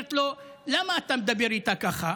אומרת לו: למה אתה מדבר איתה ככה?